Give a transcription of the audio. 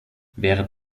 während